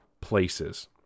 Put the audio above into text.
places